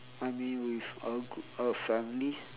I mean with a grou~ a family